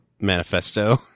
manifesto